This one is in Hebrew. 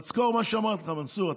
אבל תזכור מה שאמרתי לך, מנסור.